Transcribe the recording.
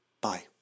Bye